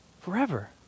Forever